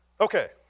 Okay